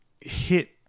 hit